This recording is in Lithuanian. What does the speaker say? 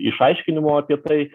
išaiškinimo apie tai